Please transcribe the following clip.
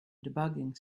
debugging